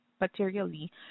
materially